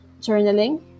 journaling